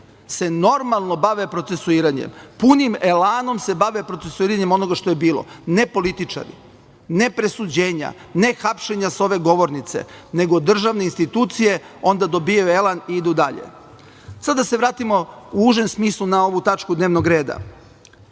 se normalno bave procesuiranjem, punim elanom se bave procesuiranjem onoga što je bilo. Ne političari, ne presuđenja, ne hapšenja sa ove govornice, nego državne institucije onda dobijaju elan i idu dalje. Sad da se vratimo u užem smislu na ovu tačku dnevnog reda.